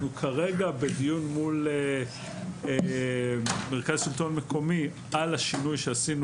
אנחנו כרגע בדיון מול מרכז שלטון מקומי על השינוי שעשינו